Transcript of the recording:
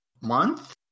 Month